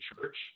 church